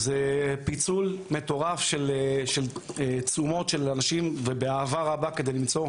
זה פיצול מטורף של תשומות של אנשים ובאהבה רבה על מנת למצוא.